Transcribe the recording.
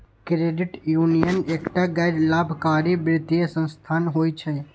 credit union एकटा गैर लाभकारी वित्तीय संस्थान होइ छै